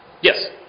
yes